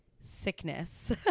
sickness